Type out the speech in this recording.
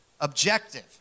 objective